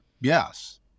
Yes